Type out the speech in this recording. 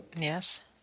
Yes